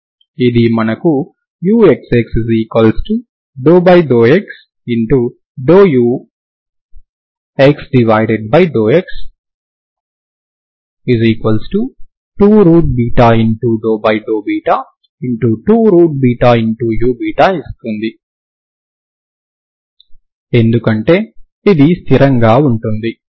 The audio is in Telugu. ఇది మనకు uxx∂xux∂x2∂β2u ఇస్తుంది ఎందుకంటే ఇది స్థిరంగా ఉంటుంది